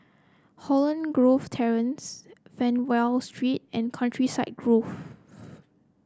Holland Grove Terrace Fernvale Street and Countryside Grove